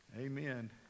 Amen